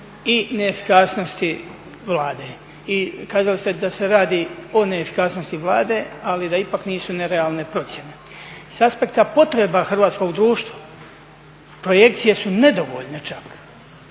i neefikasnosti Vlade i kazali ste da se radi o neefikasnosti Vlade, ali da ipak nisu nerealne procjene. S aspekta potreba hrvatskog društva, projekcije su nedovoljne čak,